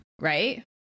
right